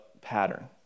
pattern